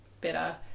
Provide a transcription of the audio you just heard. better